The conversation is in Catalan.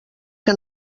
que